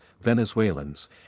Venezuelans